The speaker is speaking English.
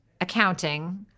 accounting